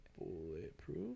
Bulletproof